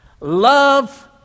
love